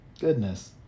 goodness